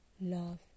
love